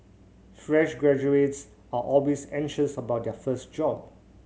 fresh graduates are always anxious about their first job